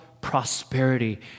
prosperity